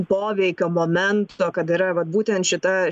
poveikio momento kad yra vat būtent šita